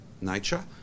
nature